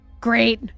Great